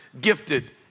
gifted